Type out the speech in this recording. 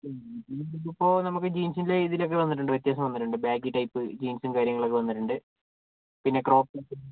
ഇപ്പോൾ നമുക്ക് ജീൻസിൻ്റെ ഇതിലൊക്കെ വന്നിട്ടുണ്ട് വ്യത്യാസം വന്നിട്ടുണ്ട് ബാഗി ടൈപ്പ് ജീൻസും കാര്യങ്ങളൊക്കെ വന്നിട്ടുണ്ട് പിന്നെ ക്രോപ്പ്